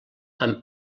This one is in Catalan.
amb